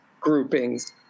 groupings